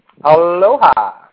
aloha